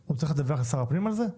הוא צריך לדווח לשר הפנים על זה?